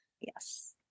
yes